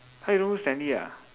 !huh! you don't know who's Stanley ah